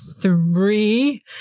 three